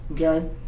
Okay